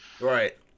Right